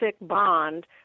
bond